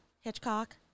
Hitchcock